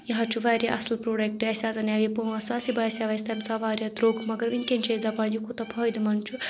یہِ حظ چھُ واریاہ اَصٕل پرٛوڈَکٹہٕ اَسہِ آسَان یہِ پانٛژھ آسہِ یہِ باسیٛو اَسہِ تَمہِ ساتہٕ واریاہ درٛوٚگ مگر وٕنکؠن چھِ أسۍ دَپان یہِ کوٗتاہ فٲیدٕ مَنٛد چھُ